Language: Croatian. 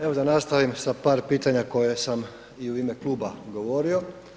Evo da nastavim sa par pitanja koje sam i u ime kluba govorio.